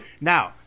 Now